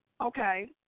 Okay